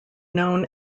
known